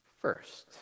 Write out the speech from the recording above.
first